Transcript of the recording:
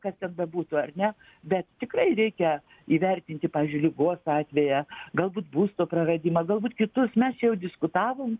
kas ten bebūtų ar ne bet tikrai reikia įvertinti pavyzdžiui ligos atveją galbūt būsto praradimą galbūt kitus mes jau diskutavom